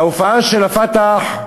ההופעה של ה"פתח",